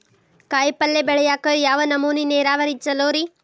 ಕಾಯಿಪಲ್ಯ ಬೆಳಿಯಾಕ ಯಾವ ನಮೂನಿ ನೇರಾವರಿ ಛಲೋ ರಿ?